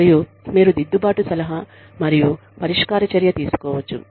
మరియు మీరు దిద్దుబాటు సలహా మరియు పరిష్కార చర్య తీసుకోవచ్చు